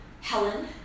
Helen